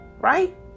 right